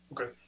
Okay